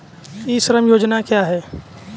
ई श्रम योजना क्या है?